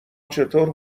چطور